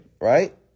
right